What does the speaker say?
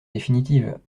définitive